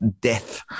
death